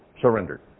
surrendered